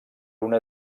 una